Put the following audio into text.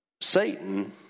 Satan